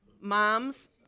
Moms